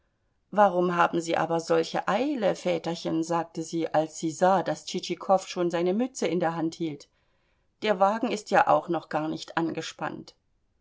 warum haben sie aber solche eile väterchen sagte sie als sie sah daß tschitschikow schon seine mütze in der hand hielt der wagen ist ja auch noch gar nicht angespannt